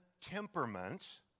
temperament